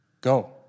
go